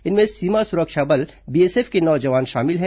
इनमें सीमा सुरक्षा बल बीएसएफ के नौ जवान शामिल हैं